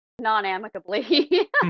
non-amicably